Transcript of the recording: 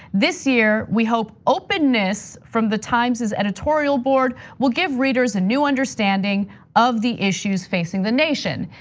this year, we hope openness from the times's editorial board will give readers a new understanding of the issues facing the nation.